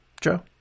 Joe